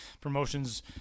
promotions